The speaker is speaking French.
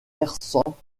versants